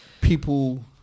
People